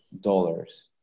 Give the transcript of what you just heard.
dollars